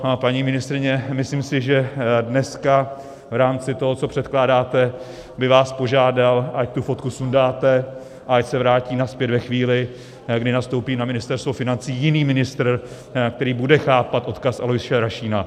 No, paní ministryně, myslím si, že dneska v rámci toho, co předkládáte, by vás požádal, ať tu fotku sundáte a ať se vrátí nazpět ve chvíli, kdy nastoupí na Ministerstvo financí jiný ministr, který bude chápat odkaz Aloise Rašína.